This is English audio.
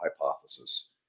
hypothesis